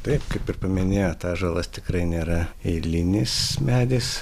taip kaip ir paminėjot ąžuolas tikrai nėra eilinis medis